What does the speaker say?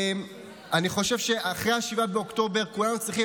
אני חושב שאחרי 7 באוקטובר כולנו צריכים,